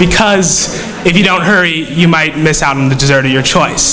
because if you don't hurry you might miss out on the dessert of your choice